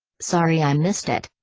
sorry i missed it.